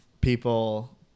people